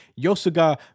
Yosuga